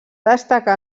destacar